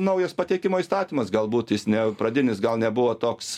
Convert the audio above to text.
naujas pateikimo įstatymas galbūt jis ne pradinis gal nebuvo toks